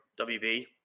WB